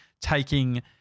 taking